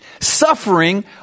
Suffering